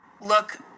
look